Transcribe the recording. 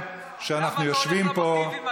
נתתי לו חמש דקות יותר מכולם בגלל חשיבות הדברים,